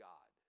God